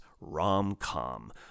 rom-com